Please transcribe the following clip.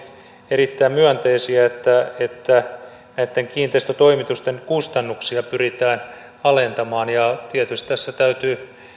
erittäin myönteisiä että että näitten kiinteistötoimitusten kustannuksia pyritään alentamaan ja tietysti tässä täytyy